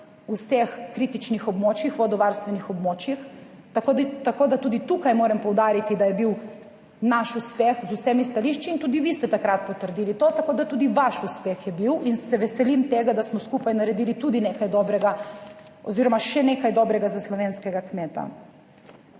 vseh kritičnih območjih, vodovarstvenih območjih, tako da tako da tudi tukaj moram poudariti, da je bil naš uspeh z vsemi stališči in tudi vi ste takrat potrdili to, tako da tudi vaš uspeh je bil in se veselim tega, da smo skupaj naredili tudi nekaj dobrega oziroma še nekaj dobrega za slovenskega kmeta.